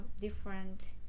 different